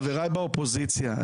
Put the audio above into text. חברי באופוזיציה,